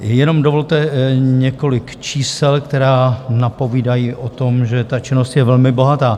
Jenom dovolte několik čísel, která napovídají o tom, že ta činnost je velmi bohatá.